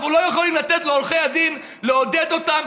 אנחנו לא יכולים לתת לעורכי הדין לעודד אותם